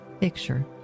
picture